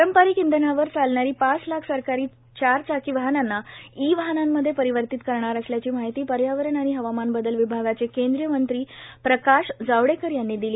पारंपारिक इंधनावर चालणारी पाच लाख सरकारी चार चाकी वाहनांना ई वाहनांमध्ये परिवर्तीत करणार असल्याची माहिती पर्यावरण आणि हवामान बदल विभागाचे केंद्रीय मंत्री प्रकाश जावडेकर यांनी दिली